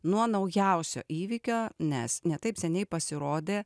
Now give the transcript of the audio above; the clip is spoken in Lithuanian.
nuo naujausio įvykio nes ne taip seniai pasirodė